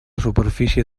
superfície